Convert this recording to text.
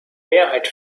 mehrheit